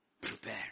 Prepare